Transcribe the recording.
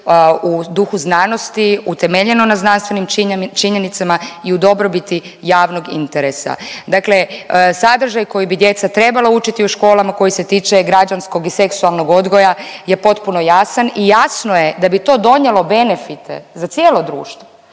u duhu znanosti, utemeljeno na znanstvenim činjenicama i u dobrobiti javnog interesa. Dakle, sadržaj koji bi djeca trebala učiti u školama koji se tiče građanskog i seksualnog odgoja je potpuno jasan i jasno je da bi to donijelo benefite za cijelo društvo.